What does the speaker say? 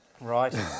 Right